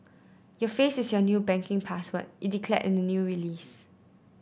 your face is your new banking password it declared in the new release